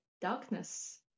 darkness